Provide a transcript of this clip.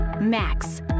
max